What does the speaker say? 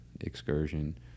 excursion